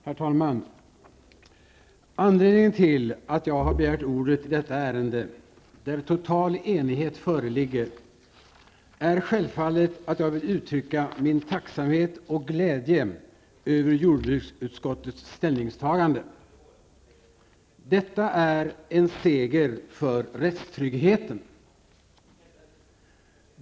Herr talman! Anledningen till att jag har begärt ordet i detta ärende, där total enighet föreligger, är självfallet att jag vill uttrycka min tacksamhet och glädje över jordbruksutskottets ställningstagande. Detta är en seger för rättstryggheten.